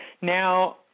Now